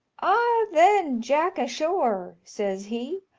ah, then, jack asthore, says he,